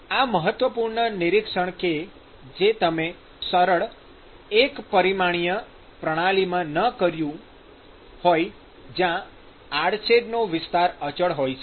આ મહત્વપૂર્ણ નિરીક્ષણ કે જે તમે સરળ એક પરિમાણીય પ્રણાલીમાં ન કર્યું હોય જ્યાં આડછેદનો વિસ્તાર અચળ હોય છે